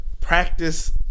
practice